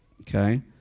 Okay